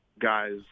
guys